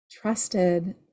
trusted